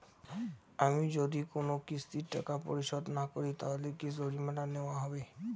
আমি যদি কোন কিস্তির টাকা পরিশোধ না করি তাহলে কি জরিমানা নেওয়া হবে?